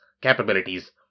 capabilities